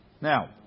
now